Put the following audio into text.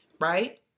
right